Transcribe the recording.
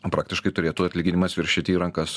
praktiškai turėtų atlyginimas viršyti į rankas